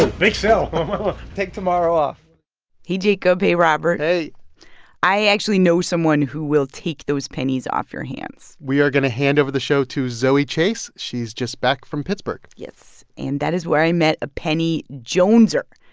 ah big sale take tomorrow off hey, jacob. hey, robert hey i actually know someone who will take those pennies off your hands we are going to hand over the show to zoe chace. she's just back from pittsburgh yes. and that is where i met a penny joneser.